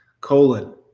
colon